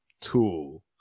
tool